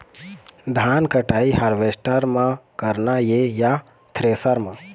धान कटाई हारवेस्टर म करना ये या थ्रेसर म?